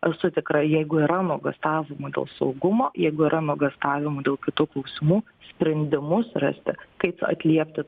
esu tikra jeigu yra nuogąstavimų dėl saugumo jeigu yra nuogąstavimų dėl kitų klausimų sprendimus rasti kaip atliepti